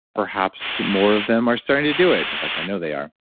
perhaps more of them are starting to do it. in fact, i know they are.